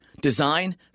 design